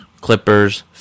Clippers